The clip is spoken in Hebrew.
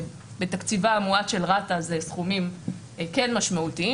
שבתקציבה המועט של רת"א זה סכומים כן משמעותיים,